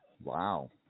Wow